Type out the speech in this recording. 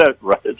right